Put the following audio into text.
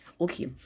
Okay